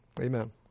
Amen